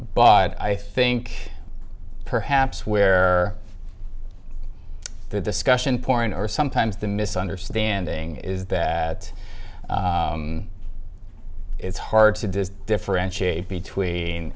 but i think perhaps where the discussion point or sometimes the misunderstanding is that it's hard to differentiate between